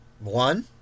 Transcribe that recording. One